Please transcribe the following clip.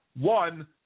One